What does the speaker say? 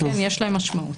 כן, יש להם משמעות.